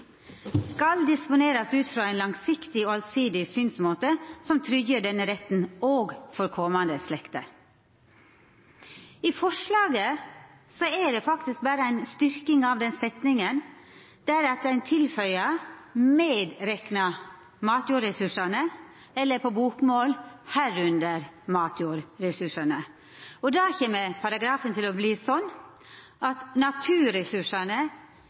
skal disponerast ut frå ein langsiktig og allsidig synsmåte som tryggjer denne retten òg for kommande slekter.» I forslaget er det berre ei styrking av denne setninga ved at ein tilføyer «medrekna matjordressursane», eller på bokmål: «herunder matjordressurser». Då kjem paragrafen til å verta sånn: